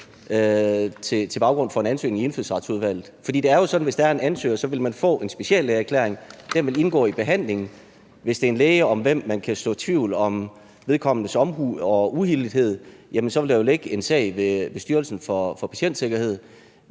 til grund for en ansøgning i Indfødsretsudvalget. For det er jo sådan, at hvis der er en ansøger, vil man få en speciallægeerklæring, og den vil indgå i behandlingen. Hvis det er en læge, om hvem man kan så tvivl om vedkommendes omhu og uhildethed, vil der jo ligge en sag ved Styrelsen for Patientsikkerhed.